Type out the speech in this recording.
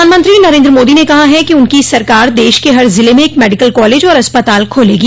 प्रधानमंत्री नरेंद्र मोदी ने कहा है कि उनकी सरकार देश के हर जिले में एक मेडिकल कॉलेज और अस्पताल खोलेगी